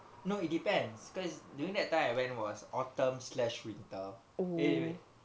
no it depends because during that time I went was autumn slash winter eh wait